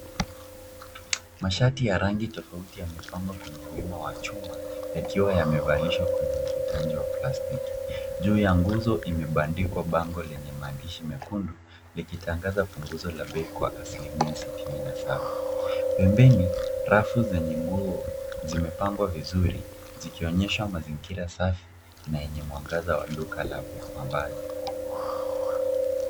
Mashati ya rangi tofauti yamepangwa kwenye wima wa chuma yakiwa yamevalishwa kwenye uvutaji waplastiki. Juu ya nguzo imebandikwa bango lenye maandishi mekundu likitangaza punguzo la bei kwa asilimia sitini na saba. Pembeni rafu zenye nguo zimepangwa vizuri zikionyesha mazingira safi na yenye mwangaza wa duka la mavazi.